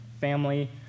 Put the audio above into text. family